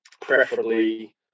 preferably